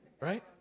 Right